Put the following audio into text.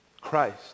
Christ